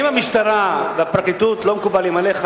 אם המשטרה והפרקליטות לא מקובלות עליך,